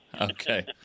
Okay